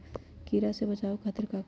कीरा से बचाओ खातिर का करी?